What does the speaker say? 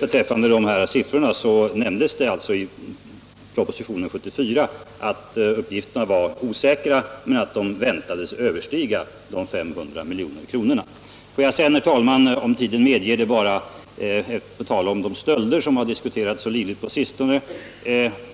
Beträffande de siffror som nämnts redovisades det i 1974 års statsverksproposition — då planerna ännu var preliminära — att uppgifterna var osäkra men att kostnaderna väntades överstiga de 500 miljonerna. Får jag sedan, herr talman, om iden medger det, bara på tal om de stölder som diskuterats så livligt på sistone